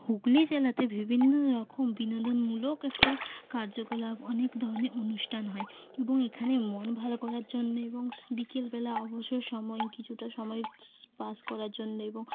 হুগলী জেলাতে বিভিন্ন রকম বিনোদনমূলক একটা কার্যকলাপ অনেক ধরনের অনুষ্ঠান হয় এবং এখানে মন ভালো করার জন্যে এবং স বিকেলবেলা অবসর সময়ে কিছুটা সময় পাস করার জন্যে এবং